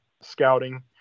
scouting